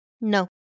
No